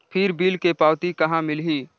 फिर बिल के पावती कहा मिलही?